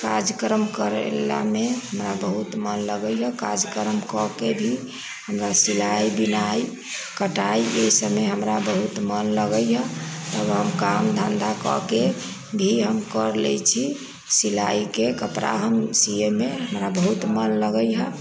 काज कर्म करय लेलमे हमरा बहुत मन लगैए काज कर्म कऽ के भी हमरा सिलाइ बिनाइ कटाइ ईसभमे हमरा बहुत मोन लगैए तब हम काम धन्धा कऽ के भी हम करि लैत छी सिलाइके कपड़ा हम सियैमे हमरा बहुत मन लगैए